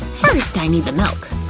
first, i need the milk.